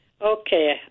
Okay